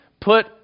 put